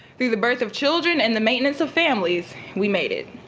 through the birth of children and the maintenance of families, we made it.